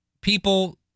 people